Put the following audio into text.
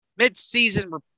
midseason